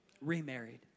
remarried